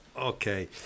okay